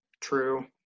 True